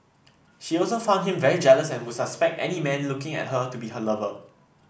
she also found him very jealous and would suspect any man looking at her to be her lover